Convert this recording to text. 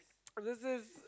this is